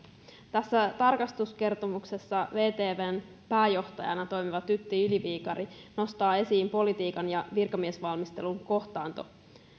tässä tarkastuskertomuksessa vtvn pääjohtajana toimiva tytti yli viikari nostaa esiin politiikan ja virkamiesvalmistelun kohtaanto